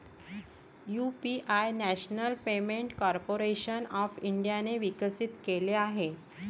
UPI national payment corporation of इंडियाने विकसित केले आहे